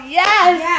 yes